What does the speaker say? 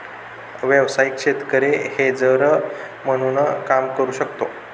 व्यावसायिक शेतकरी हेजर म्हणून काम करू शकतो